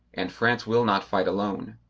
and france will not fight alone.